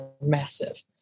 massive